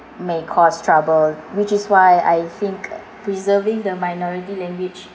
may cause trouble which is why I think preserving the minority language